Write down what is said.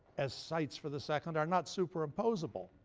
as sites for the second, are not superimposable.